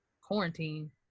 quarantine